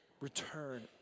return